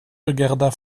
regarda